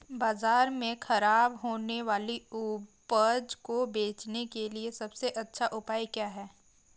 बाजार में खराब होने वाली उपज को बेचने के लिए सबसे अच्छा उपाय क्या है?